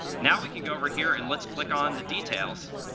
now, we can go over here, and let's click on the details